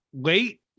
late